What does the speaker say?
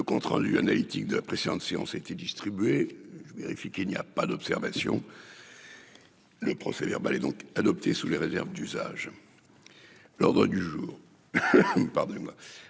Le compte rendu analytique de la précédente séance a été distribué, je vérifie qu'il n'y a pas d'observation. Le procès verbal est donc adopté sous les réserves d'usage. L'ordre du jour. Pardonnez-moi,